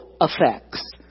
effects